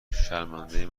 شرمنده